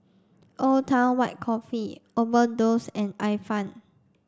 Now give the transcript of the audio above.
Old Town White Coffee Overdose and Ifan